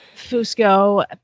Fusco